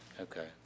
okay